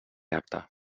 acte